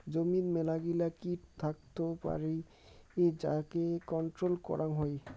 জমিত মেলাগিলা কিট থাকত পারি যাকে কন্ট্রোল করাং হই